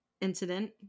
incident